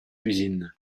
cuisine